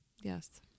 Yes